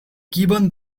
given